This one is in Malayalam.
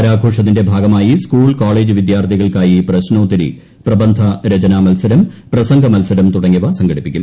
വാരാഘോഷത്തിന്റെ ഭാഗമായി സ്കൂൾ കോളേജ് വിദ്യാർത്ഥികൾക്കായി പ്രശ്നോത്തരി പ്രബന്ധരചന മത്സരം പ്രസംഗ മത്സരം തുടങ്ങിയവ സംഘടിപ്പിക്കും